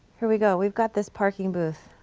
here we go. we've got this parking booth,